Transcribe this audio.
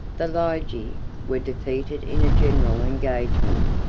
the lygii were defeated in a general engagement,